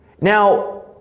Now